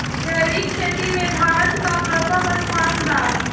जैविक खेती में भारत का प्रथम स्थान बा